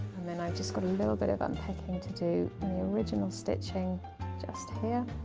and then i've just got a little bit of unpicking to do on the original stitching just here.